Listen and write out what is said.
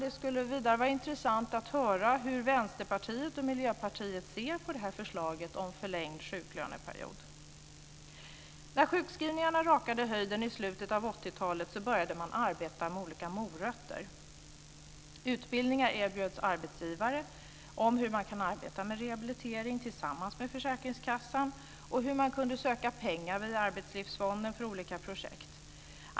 Det skulle vara intressant att höra hur Vänsterpartiet och Miljöpartiet ser på det här förslaget om förlängd sjuklöneperiod. När sjukskrivningarna rakade i höjden i slutet av 80-talet började man arbeta med olika morötter. Utbildningar erbjöds arbetsgivare om hur man kunde arbeta med rehabilitering tillsammans med försäkringskassan och hur man kunde söka pengar via Arbetslivsfonden för olika projekt.